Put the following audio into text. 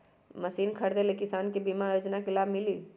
Machine खरीदे ले किसान के बीमा योजना के लाभ मिली?